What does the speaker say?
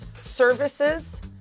services